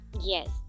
yes